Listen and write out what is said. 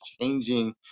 changing